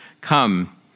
Come